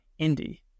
indie